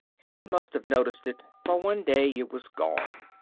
sid must have noticed it, for one day it was gone.